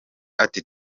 ati